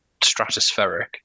stratospheric